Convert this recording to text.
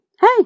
Hey